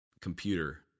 computer